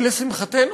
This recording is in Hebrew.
לשמחתנו,